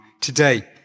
today